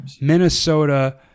Minnesota